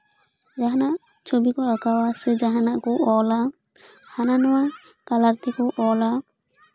ᱡᱟᱦᱟᱱᱟᱜ ᱪᱷᱚᱵᱤ ᱠᱚ ᱟᱸᱠᱟᱣᱟ ᱥᱮ ᱡᱟᱦᱟᱱᱟᱜ ᱠᱚ ᱚᱞ ᱟ ᱦᱟᱱᱟ ᱱᱚᱣᱟ ᱠᱟᱞᱟᱨ ᱛᱮᱠᱚ ᱚᱞᱼᱟ